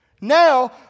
now